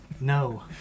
No